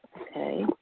Okay